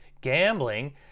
Gambling